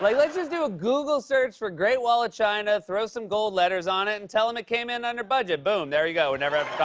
like let's just do a google search for great wall of ah china, throw some gold letters on it and tell him it came in under budget. boom, there you go. we never have